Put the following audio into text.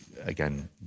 again